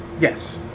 Yes